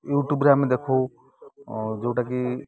ୟୁଟ୍ୟୁବରେ ଆମେ ଦେଖୁ ଯେଉଁଟାକି